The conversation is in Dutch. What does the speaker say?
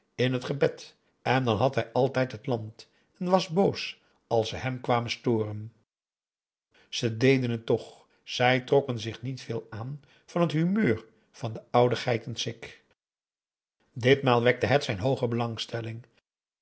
in het gebed en dan had hij altijd het land en was boos als ze hem kwamen storen ze deden het toch zij trokken zich niet veel aan van het humeur van den ouden geitensik ditmaal wekte het zijn hooge belangstelling